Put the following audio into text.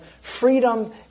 freedom